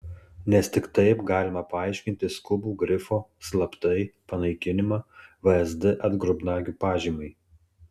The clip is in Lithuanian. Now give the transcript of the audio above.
nes tik taip galima paaiškinti skubų grifo slaptai panaikinimą vsd atgrubnagių pažymai